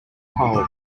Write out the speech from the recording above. pole